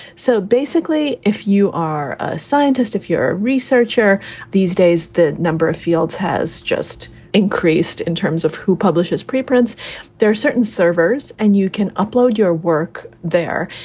so basically, if you are a scientist, if you're a researcher these days, the number of fields has just increased in terms of who publishes reprints. there there are certain servers. and you can upload your work there.